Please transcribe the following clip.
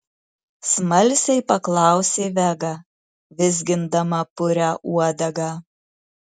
smalsiai paklausė vega vizgindama purią uodegą